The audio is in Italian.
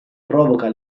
provoca